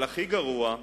אבל הכי גרוע,